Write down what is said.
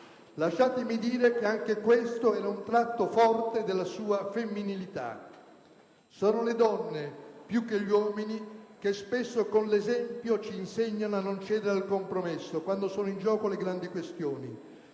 Lasciatemi dire che anche questo era un tratto forte della sua femminilità. Sono le donne, più che gli uomini, che spesso con l'esempio ci insegnano a non cedere al compromesso quando sono in gioco le grandi questioni;